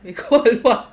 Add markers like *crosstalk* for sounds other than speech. *laughs* 美国很乱